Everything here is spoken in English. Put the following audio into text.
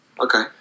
Okay